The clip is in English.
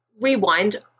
rewind